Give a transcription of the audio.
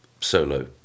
solo